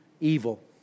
evil